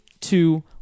two